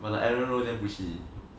well that edward loh damn pussy